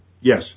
Yes